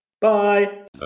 Bye